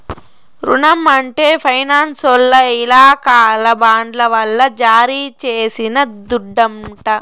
రునం అంటే ఫైనాన్సోల్ల ఇలాకాల బాండ్ల వల్ల జారీ చేసిన దుడ్డంట